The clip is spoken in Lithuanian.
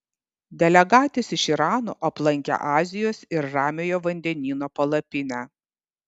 delegatės iš irano aplankė azijos ir ramiojo vandenyno palapinę